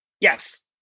yes